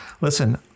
listen